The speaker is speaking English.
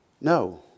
No